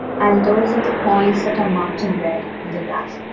and those are the points that are marked in red in the graph.